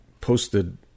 posted